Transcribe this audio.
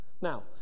Now